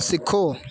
ਸਿੱਖੋ